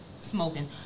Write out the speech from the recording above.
smoking